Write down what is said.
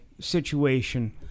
situation